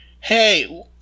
hey